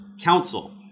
council